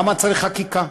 למה צריך חקיקה?